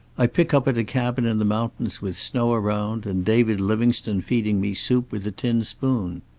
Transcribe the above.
i pick up at a cabin in the mountains, with snow around, and david livingstone feeding me soup with a tin spoon.